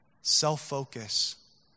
Self-focus